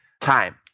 time